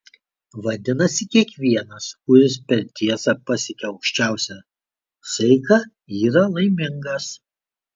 vadinasi kiekvienas kuris per tiesą pasiekia aukščiausią saiką yra laimingas